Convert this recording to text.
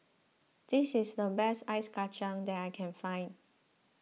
this is the best Ice Kacang that I can find